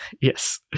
yes